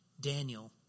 Daniel